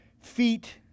feet